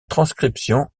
transcription